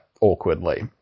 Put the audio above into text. awkwardly